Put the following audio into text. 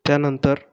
त्यानंतर